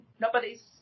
Nobody's